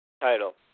title